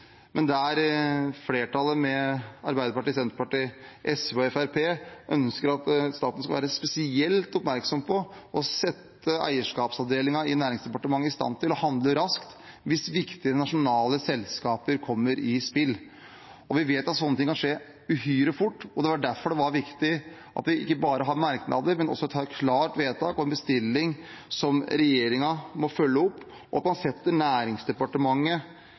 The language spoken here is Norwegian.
men flertallet med Arbeiderpartiet, Senterpartiet, SV og Fremskrittspartiet ønsker at staten skal være spesielt oppmerksom på å sette eierskapsavdelingen i Næringsdepartementet i stand til å handle raskt hvis viktige nasjonale selskaper kommer i spill. Vi vet at sånne ting kan skje uhyre fort. Det var derfor det var viktig at vi ikke bare har merknader, men også får et klart vedtak på en bestilling som regjeringen må følge opp, og at man setter Næringsdepartementet